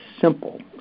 simple